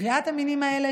גריעת המינים האלה,